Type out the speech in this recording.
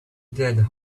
dead